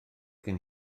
gen